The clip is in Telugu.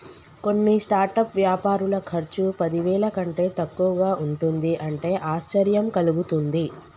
కొన్ని స్టార్టప్ వ్యాపారుల ఖర్చు పదివేల కంటే తక్కువగా ఉంటుంది అంటే ఆశ్చర్యం కలుగుతుంది